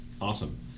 Awesome